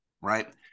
right